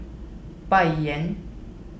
Bai Yan